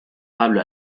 pablo